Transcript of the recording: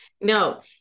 No